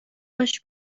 باش